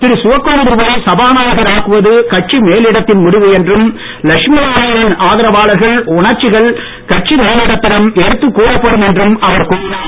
திரு சிவக்கொழுந்துவை சபாநாயகர் ஆக்குவது கட்சி மேலிடத்தின் முடிவு என்றும் லட்சுமி நாராயணன் ஆதரவாளர்களின் உணர்வுகள் கட்சி மேலிடத்திடம் எடுத்துக் கூறப்படும் என்றும் அவர் கூறினார்